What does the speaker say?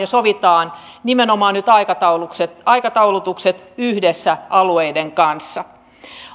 ja sovitaan nimenomaan nyt aikataulutukset aikataulutukset yhdessä alueiden kanssa